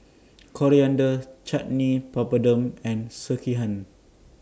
Coriander Chutney Papadum and Sekihan